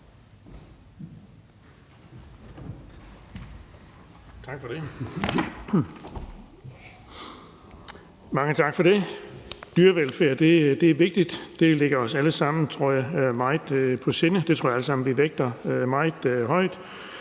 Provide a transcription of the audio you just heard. Mange tak for det. Dyrevelfærd er vigtigt. Det tror jeg ligger os alle sammen meget på sinde. Det tror jeg vi alle sammen vægter meget højt.